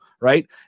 Right